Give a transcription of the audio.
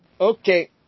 Okay